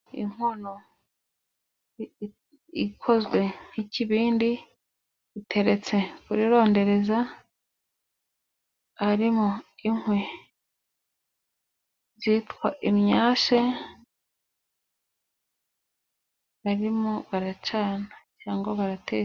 Inkono ikozwe nk’ikibindi, iteretse kuri rondereza, harimo inkwi zitwa imyase, barimo baracana cyangwa baratekesha.